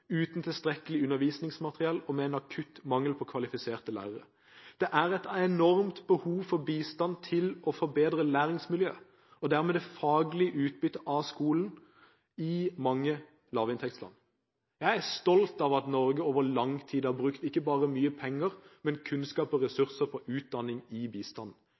uten tilstrekkelig undervisningsmateriell og med en akutt mangel på kvalifiserte lærere. Det er et enormt behov for bistand for å forbedre læringsmiljøet, og dermed det faglige utbyttet av skolen, i mange lavinntektsland. Jeg er stolt av at Norge over lang tid har brukt ikke bare mye penger, men kunnskap og ressurser på utdanning i bistanden.